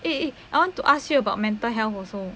eh I want to ask you about mental health also